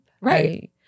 right